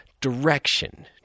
direction